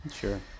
sure